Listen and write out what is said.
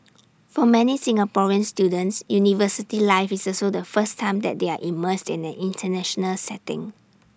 for many Singaporean students university life is also the first time that they are immersed in an International setting